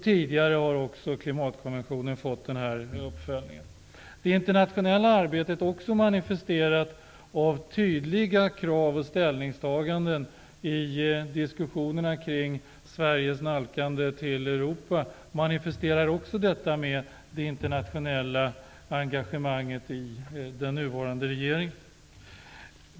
Tidigare har också klimatkonventionen följts upp. Det internationella arbetet har manifesterats genom tydliga krav och ställningstaganden i diskussionerna kring Sveriges nalkande till Europa. Detta manifesteras också med den nuvarande regeringens internationella engagemang.